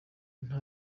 nta